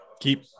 Keep